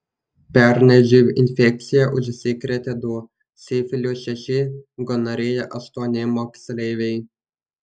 pernai živ infekcija užsikrėtė du sifiliu šeši gonorėja aštuoni moksleiviai